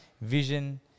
vision